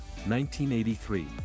1983